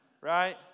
right